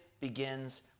begins